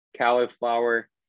cauliflower